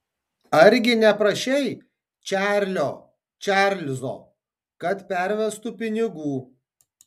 argi neprašei čarlio čarlzo kad pervestų pinigų